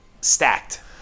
stacked